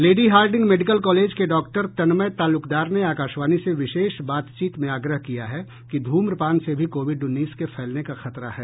lady Hardinge medical college के doctor Tanmay Talukdar ने आकाशवाणी से विशेष बातचीत में आग्रह किया है कि धूम्रपान से भी कोविड उन्नीस के फैलने का खतरा है